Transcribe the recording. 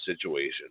situation